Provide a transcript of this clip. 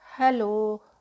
Hello